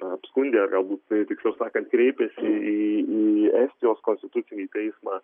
apskundė galbūt tiksliau sakant kreipėsi į į estijos konstitucinį teismą